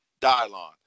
Dylon